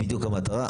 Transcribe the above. זו בדיוק המטרה.